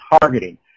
targeting